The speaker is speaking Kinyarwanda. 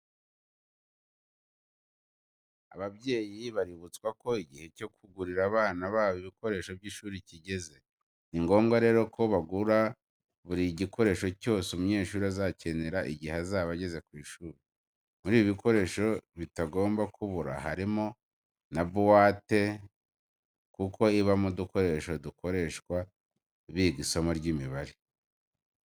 Ababyeyi baributswa ko igihe cyo kugurira abana babo ibikoresho by'ishuri kigeze. Ni ngombwa rero ko bagura buri gikoresho cyose umunyeshuri azakenera igihe azaba ageze ku ishuri. Mu bikoresho bitagomba kubura harimo na buwate kuko ibamo udukoresho dukoreshwa biga isomo ry'imibare.